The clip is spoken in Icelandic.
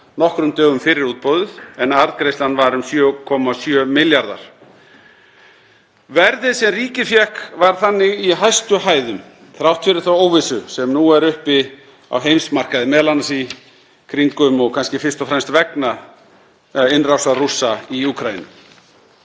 nokkrum dögum fyrir útboðið en arðgreiðslan var um 7,7 milljarðar. Verðið sem ríkið fékk var þannig í hæstu hæðum þrátt fyrir þá óvissu sem nú er uppi á heimsmarkaði, m.a. í kringum og kannski fyrst og fremst vegna innrásar Rússa í Úkraínu.